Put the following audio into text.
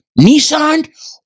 Nissan